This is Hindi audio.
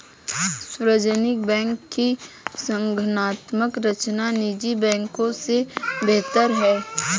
सार्वजनिक बैंकों की संगठनात्मक संरचना निजी बैंकों से बेहतर है